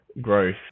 growth